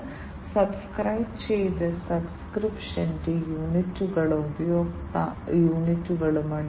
എന്നാൽ ഇപ്പോൾ ആരോഗ്യ സംരക്ഷണ ആവശ്യങ്ങൾക്കായി ചില മികച്ച സെൻസറുകളും വന്നിട്ടുണ്ട്